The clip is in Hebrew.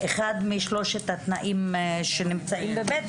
אחד משלושת התנאים שנמצאים ב-(ב),